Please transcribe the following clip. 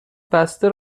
بسته